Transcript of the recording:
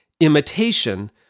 imitation